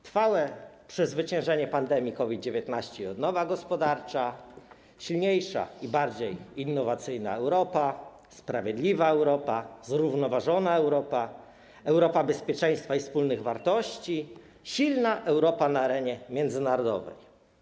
Trwałe przezwyciężenie pandemii COVID-19, odnowa gospodarcza, silniejsza i bardziej innowacyjna Europa, sprawiedliwa Europa, zrównoważona Europa, Europa bezpieczeństwa i wspólnych wartości, silna Europa na arenie międzynarodowej.